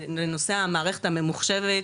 לנושא המערכת הממוחשבת,